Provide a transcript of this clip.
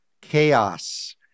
chaos